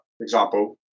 example